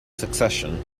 secession